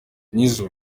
nizzo